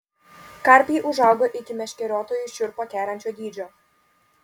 karpiai užauga iki meškeriotojui šiurpą keliančio dydžio